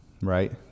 right